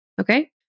okay